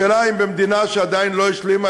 השאלה היא האם במדינה שעדיין לא השלימה